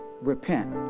repent